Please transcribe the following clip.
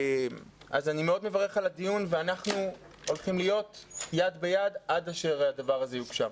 אני מברך על הדיון ואנחנו הולכים להיות יד ביד עד שהדבר הזה יוכשר.